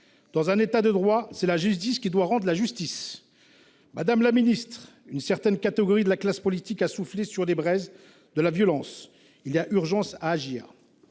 Dans un État de droit, c’est la justice qui doit rendre la justice. Madame la secrétaire d’État, une certaine catégorie de la classe politique a soufflé sur les braises de la violence. Il y a urgence à agir.